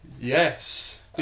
yes